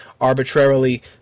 arbitrarily